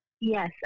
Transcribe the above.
Yes